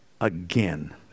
again